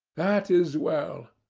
that is well.